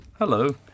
Hello